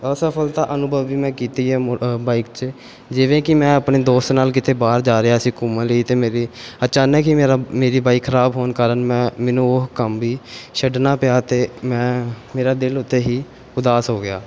ਅਸਫਲਤਾ ਅਨੁਭਵ ਵੀ ਮੈਂ ਕੀਤੀ ਹੈ ਮੋ ਬਾਈਕ 'ਚ ਜਿਵੇਂ ਕਿ ਮੈਂ ਆਪਣੇ ਦੋਸਤ ਨਾਲ ਕਿਤੇ ਬਾਹਰ ਜਾ ਰਿਹਾ ਸੀ ਘੁੰਮਣ ਲਈ ਅਤੇ ਮੇਰੀ ਅਚਾਨਕ ਹੀ ਮੇਰਾ ਮੇਰੀ ਬਾਈਕ ਖਰਾਬ ਹੋਣ ਕਾਰਨ ਮੈਂ ਮੈਨੂੰ ਉਹ ਕੰਮ ਵੀ ਛੱਡਣਾ ਪਿਆ ਅਤੇ ਮੈਂ ਮੇਰਾ ਦਿਲ ਉੱਥੇ ਹੀ ਉਦਾਸ ਹੋ ਗਿਆ